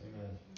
Amen